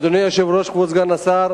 אדוני היושב-ראש, כבוד סגן השר,